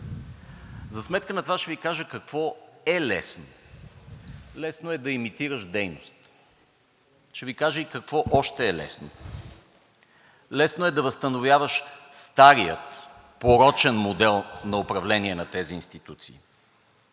За сметка на това ще Ви кажа какво е лесно. Лесно е да имитираш дейност. Ще Ви кажа и какво още е лесно. Лесно е да възстановяваш стария, порочен модел на управление на тези институции.